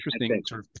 interesting